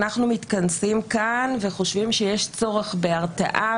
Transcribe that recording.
אנחנו מתכנסים כאן וחושבים שיש צורך בהרתעה,